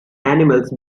animals